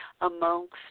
amongst